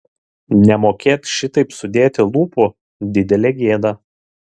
nemokėt šitaip sudėti lūpų didelė gėda